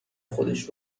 خودش